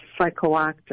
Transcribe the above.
psychoactive